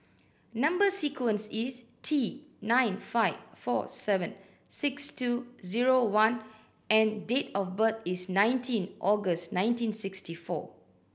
number sequence is T nine five four seven six two zero one and date of birth is nineteen August nineteen sixty four